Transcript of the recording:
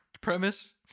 premise